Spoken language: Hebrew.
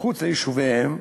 מחוץ ליישוביהם הם